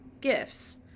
gifts